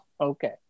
Okay